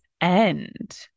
end